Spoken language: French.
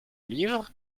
livre